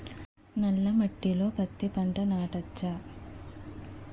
నల్ల మట్టిలో పత్తి పంట నాటచ్చా?